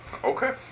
Okay